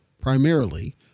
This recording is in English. primarily